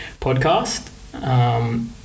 podcast